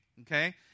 okay